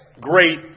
great